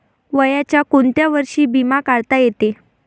वयाच्या कोंत्या वर्षी बिमा काढता येते?